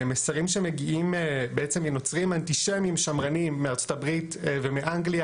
מסרים שמגיעים בעצם מנוצרים אנטישמיים שמרנים מארה"ב ומאנגליה,